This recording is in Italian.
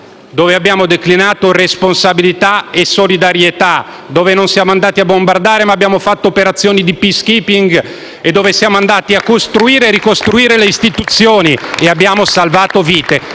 dove abbiamo declinato responsabilità e solidarietà; dove non siamo andati a bombardare ma abbiamo fatto operazioni di *peacekeeping* e dove siamo andati a costruire e ricostruire le istituzioni. *(Applausi